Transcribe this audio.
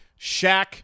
Shaq